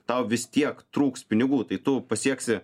tau vis tiek trūks pinigų tai tu pasieksi